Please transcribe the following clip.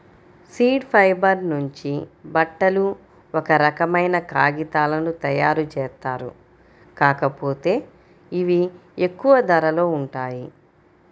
seed fibre నుంచి బట్టలు, ఒక రకమైన కాగితాలను తయ్యారుజేత్తారు, కాకపోతే ఇవి ఎక్కువ ధరలో ఉంటాయి